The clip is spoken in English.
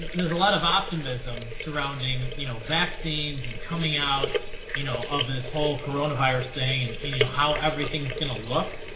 there's a lot of optimism surrounding you know vaccines and coming out you know of this whole coronavirus thing, and you know how everything is going to look.